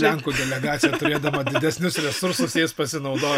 lenkų delegacija turėdama didesnius resursus jais pasinaudojo